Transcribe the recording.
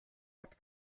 hat